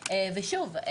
ושוב,